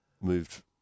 moved